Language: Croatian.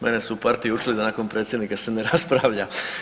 Mene su u partiji učili da nakon predsjednika se ne raspravlja.